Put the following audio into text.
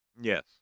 Yes